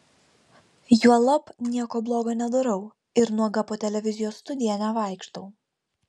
juolab nieko blogo nedarau ir nuoga po televizijos studiją nevaikštau